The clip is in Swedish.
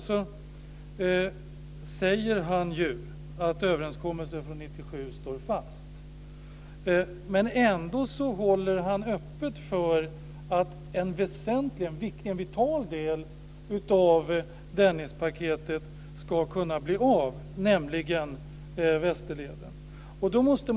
Han säger att överenskommelsen från 1997 står fast, men ändå håller han öppet för att en vital del av Dennispaketet, nämligen Västerleden, ska kunna bli av.